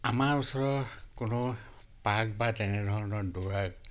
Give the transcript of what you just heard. আমাৰ ওচৰৰ কোনো পাৰ্ক বা তেনেধৰণৰ দৌৰা